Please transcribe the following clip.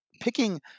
picking